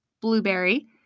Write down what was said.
blueberry